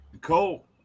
Cole